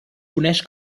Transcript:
coneix